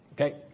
Okay